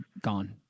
gone